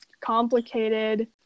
complicated